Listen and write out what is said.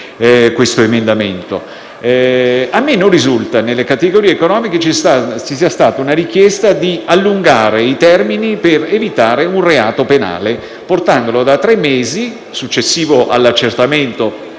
l'emendamento 3.0.81. A me non risulta che da parte delle categorie economiche ci sia stata la richiesta di allungare i termini per evitare un reato penale, portandoli da tre mesi, successivi all'accertamento